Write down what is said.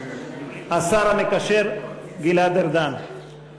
השר המקשר גלעד ארדן.